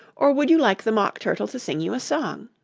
or would you like the mock turtle to sing you a song